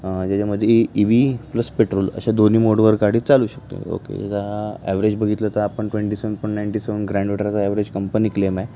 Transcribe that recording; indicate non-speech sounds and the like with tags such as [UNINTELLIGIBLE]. त्याच्यामध्ये E V plus petrol अशा दोन्ही मोडवर गाडी चालू शकते ओके जा ॲव्हरेज बघितला तर आपण twenty seven point ninety seven grand [UNINTELLIGIBLE] average company claim आहे